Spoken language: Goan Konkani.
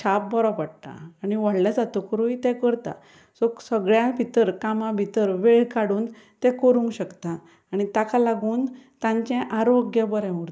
छाप बरो पडटा आनी व्हडले जातकरूय ते करता सो सगळ्यां भितर कामा भितर वेळ काडून ते करूंक शकता आनी ताका लागून तांचें आरोग्य बरें उरता